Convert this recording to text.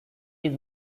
his